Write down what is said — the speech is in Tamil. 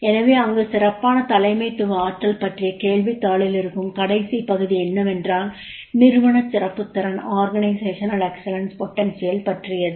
எனவே அங்கு சிறப்பான தலைமைத்துவ ஆற்றல் பற்றிய கேள்வித்தாளில் இருக்கும் கடைசி பகுதி என்னவென்றால் நிறுவன சிறப்புத் திறன் பற்றியது